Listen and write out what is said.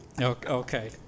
Okay